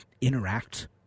interact